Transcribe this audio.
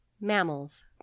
Mammals